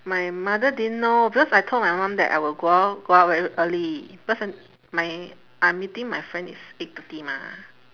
my mother didn't know because I told my mum that I will go out go out very early because I my I'm meeting my friend is eight thirty mah